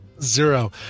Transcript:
Zero